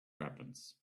weapons